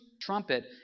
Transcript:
trumpet